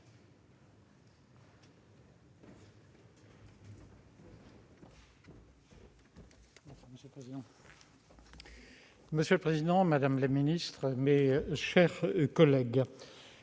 Monsieur le président, madame la ministre, mes chers collègues,